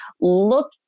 look